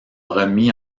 remis